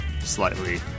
slightly